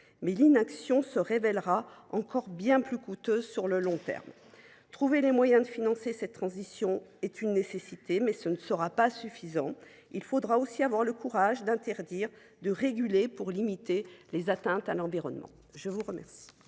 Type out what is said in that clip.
que l’inaction se révélera encore bien plus coûteuse sur le long terme. Trouver les moyens de financer cette transition est une nécessité, mais ne sera pas suffisant. Il faudra aussi avoir le courage d’interdire et de réguler pour limiter les atteintes à l’environnement. La parole